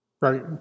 Right